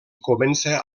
comença